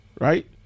right